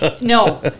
no